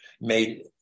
made